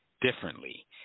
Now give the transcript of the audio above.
differently